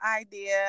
idea